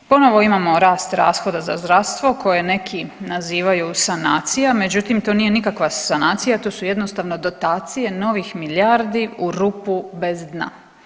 Ponovno imamo rast rashoda za zdravstvo koje neki nazivaju sanacija, međutim to nije nikakva sanacija, to su jednostavno dotacije novih milijardi u rupu bez dna.